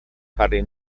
harry